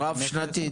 רב שנתי.